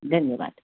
धन्यवाद